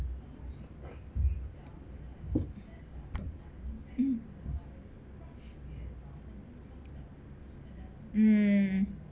mm mm